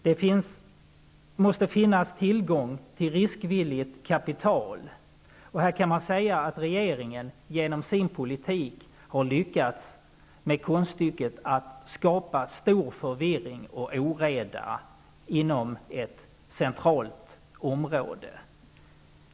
Det måste finnas tillgång till riskvilligt kapital. Man kan säga att regeringen genom sin politik har lyckats med konststycket att skapa stor förvirring och oreda inom ett centralt område.